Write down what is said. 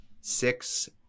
six